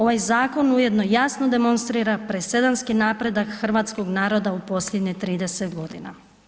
Ovaj zakon ujedno jasno demonstrira presedanski napredak hrvatskog naroda u posljednjih 30 godina.